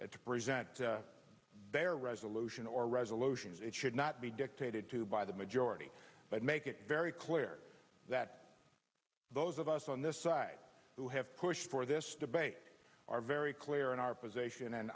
to present their resolution or resolutions it should not be dictated to by the majority but make it very clear that those of us on this side who have pushed for this debate are very clear in our position and